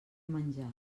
menjar